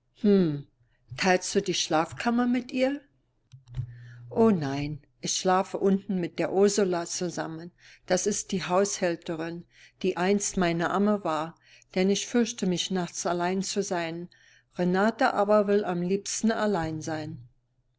du die schlafkammer mit ihr o nein ich schlafe unten mit der ursula zusammen das ist die haushälterin die einst meine amme war denn ich fürchte mich nachts allein zu sein renata aber will am liebsten allein sein